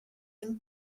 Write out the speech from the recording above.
une